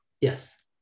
Yes